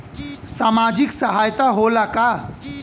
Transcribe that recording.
सामाजिक सहायता होला का?